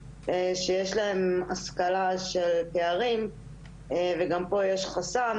שיש להן השכלה של פערים וגם פה יש חסם,